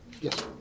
Yes